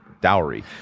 dowry